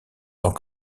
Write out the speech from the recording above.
tant